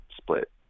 split